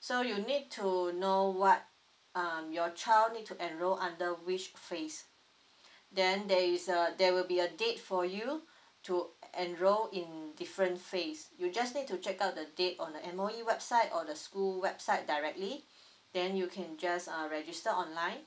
so you need to know what um your child need to enrol under which phase then there is a there will be a date for you to enrol in different phase you just need to check out the date on the M_O_E website or the school website directly then you can just err register online